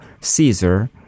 Caesar